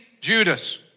Judas